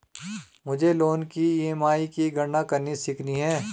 मुझे लोन की ई.एम.आई की गणना करनी सीखनी है